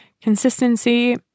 Consistency